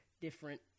different